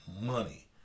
money